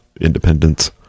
independence